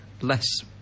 less